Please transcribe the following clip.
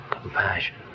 compassion